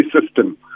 system